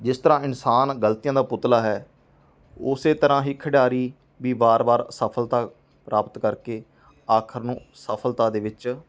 ਜਿਸ ਤਰ੍ਹਾਂ ਇਨਸਾਨ ਗਲਤੀਆਂ ਦਾ ਪੁਤਲਾ ਹੈ ਉਸ ਤਰ੍ਹਾਂ ਹੀ ਖਿਡਾਰੀ ਵੀ ਬਾਰ ਬਾਰ ਅਸਫਲਤਾ ਪ੍ਰਾਪਤ ਕਰਕੇ ਆਖਿਰ ਨੂੰ ਸਫਲਤਾ ਦੇ ਵਿੱਚ